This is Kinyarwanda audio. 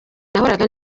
nahoraga